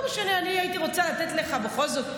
לא משנה, אני הייתי רוצה לתת לך בכל זאת.